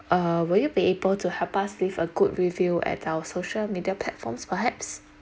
uh will you be able to help us with a good review at our social media platforms perhaps